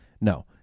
No